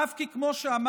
אף כי כמו שאמרתי,